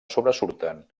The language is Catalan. sobresurten